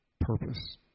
purpose